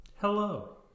hello